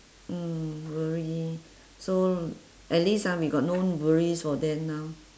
mm worry so at least ah we got no worries for them now